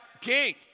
king